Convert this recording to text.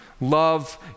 Love